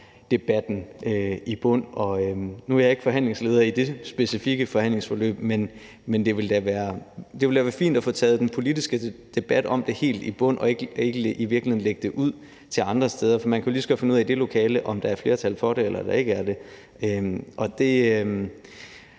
kontroldebatten. Nu er jeg ikke forhandlingsleder i det specifikke forhandlingsforløb, men det ville da være fint at komme helt i bund med den politiske debat om det og ikke lægge det ud andre steder. For man kan jo lige så godt finde ud af i det lokale, om der er flertal for det eller ikke er det. Derfor